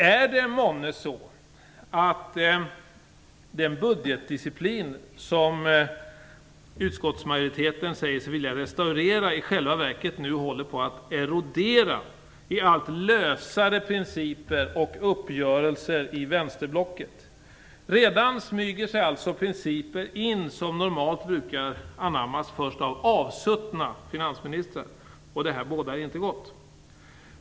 Är det månne så att den budgetdisciplin som utskottsmajoriteten säger sig vilja restaurera i själva verket håller på att erodera i allt lösare principer och uppgörelser i vänsterblocket? Redan smyger sig principer in som normalt brukar anammas först av avsuttna finansministrar. Det bådar inte gott.